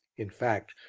in fact,